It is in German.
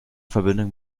verbindung